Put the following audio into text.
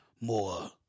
more